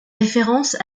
référence